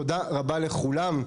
תודה רבה לכולם.